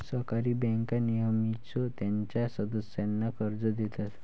सहकारी बँका नेहमीच त्यांच्या सदस्यांना कर्ज देतात